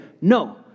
no